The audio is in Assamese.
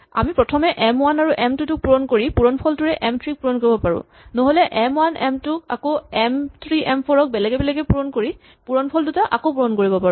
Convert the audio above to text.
আমি প্ৰথমে এম ৱান আৰু এম টু ক পূৰণ কৰি পূৰণ ফলটোৰে এম থ্ৰী ক পূৰণ কৰিব পাৰো নহ'লে এম ৱান এম টু ক আৰু এম থ্ৰী এম ফ'ৰ বেলেগে বেলেগে পূৰণ কৰি পূৰণ ফল দুটা আকৌ পূৰণ কৰিব পাৰো